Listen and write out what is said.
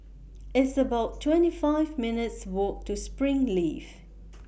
It's about twenty five minutes' Walk to Springleaf